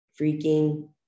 freaking